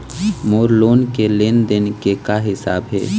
मोर loan के लेन देन के का हिसाब हे?